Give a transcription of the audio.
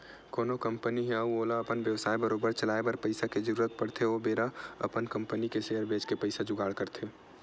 कोनो कंपनी हे अउ ओला अपन बेवसाय बरोबर चलाए बर पइसा के जरुरत पड़थे ओ बेरा अपन कंपनी के सेयर बेंच के पइसा जुगाड़ करथे